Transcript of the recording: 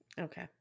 Okay